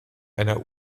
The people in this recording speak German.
einer